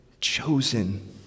Chosen